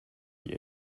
die